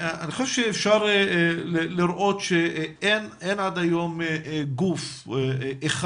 אני חושב שאפשר לראות שעד היום אין גוף אחד